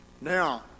Now